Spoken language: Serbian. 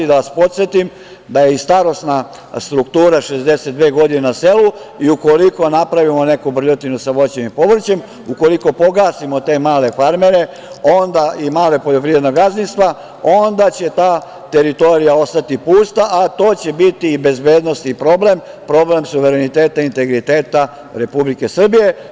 Da vas podsetim da je i starosna struktura 62 godine na selu i ukoliko napravimo neku brljotinu sa voćem i povrćem, ukoliko pogasimo te male farmere i mala poljoprivredna gazdinstva onda će ta teritorija ostati pusta, a to će biti i bezbednosni problem, problem suvereniteta i integriteta Republike Srbije.